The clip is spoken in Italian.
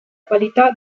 qualità